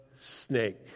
snake